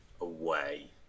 away